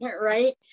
right